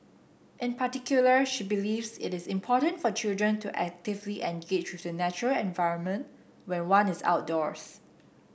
in particular she believes it is important for children to actively engage the natural environment when one is outdoors